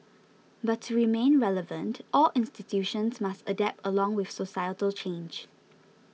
but to remain relevant all institutions must adapt along with societal change